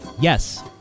Yes